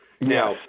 Now